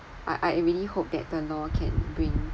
I I really hope that the law can bring